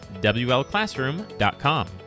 WLClassroom.com